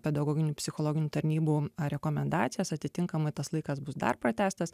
pedagoginių psichologinių tarnybų rekomendacijas atitinkamai tas laikas bus dar pratęstas